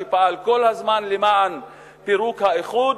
שפעל כל הזמן למען פירוק האיחוד.